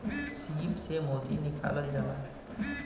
सीप से मोती निकालल जाला